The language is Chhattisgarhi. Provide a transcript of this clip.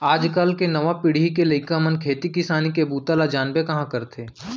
आज काल के नवा पीढ़ी के लइका मन खेती किसानी के बूता ल जानबे कहॉं करथे